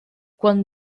quan